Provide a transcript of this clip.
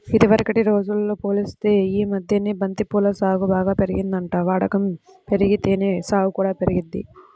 ఇదివరకటి రోజుల్తో పోలిత్తే యీ మద్దెన బంతి పూల సాగు బాగా పెరిగిందంట, వాడకం బెరిగితేనే సాగు కూడా పెరిగిద్ది